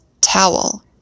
Towel